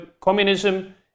communism